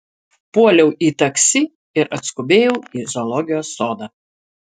puoliau į taksi ir atskubėjau į zoologijos sodą